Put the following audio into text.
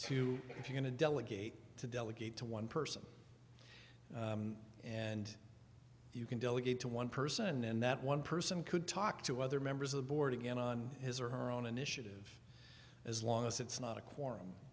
to if you can a delegate to delegate to one person and you can delegate to one person and that one person could talk to other members of the board again on his or her own initiative as long as it's not a